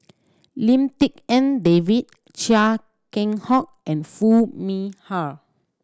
Lim Tik En David Chia Keng Hock and Foo Mee Har